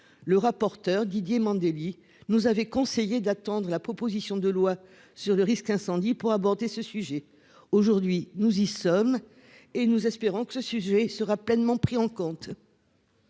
Le rapporteur Didier Mandelli nous avait conseillé d'attendre la proposition de loi sur le risque incendie pour aborder ce sujet, aujourd'hui nous y sommes et nous espérons que ce sujet sera pleinement pris en compte.